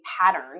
pattern